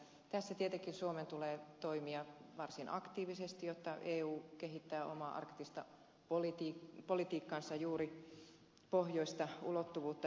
tässä tietenkin suomen tulee toimia varsin aktiivisesti jotta eu kehittää omaa arktista politiikkaansa juuri pohjoista ulottuvuutta hyödyntäen